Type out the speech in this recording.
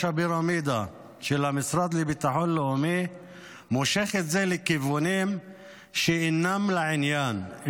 הפירמידה של המשרד לביטחון לאומי מושך את זה לכיוונים שאינם לעניין,